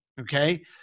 Okay